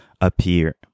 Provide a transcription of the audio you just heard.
appear